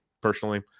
personally